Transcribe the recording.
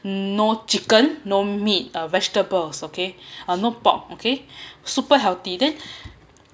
no chicken no meat uh vegetables was okay uh no pork okay super healthy then